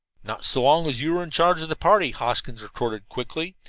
not so long as you were in charge of the party, hoskins retorted quickly.